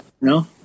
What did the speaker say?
No